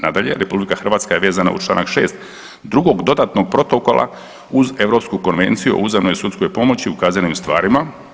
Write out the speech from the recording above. Nadalje, RH je vezana uz čl. 6. Drugog dodatnog protokola uz Europsku konvenciju o uzajamnoj sudskoj pomoći u kaznenim stvarima.